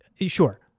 Sure